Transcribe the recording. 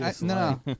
No